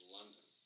London